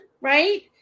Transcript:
right